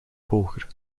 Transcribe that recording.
hoger